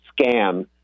scam